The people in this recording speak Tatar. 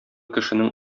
кешенең